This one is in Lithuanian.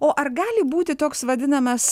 o ar gali būti toks vadinamas